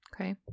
Okay